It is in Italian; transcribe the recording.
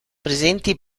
presenti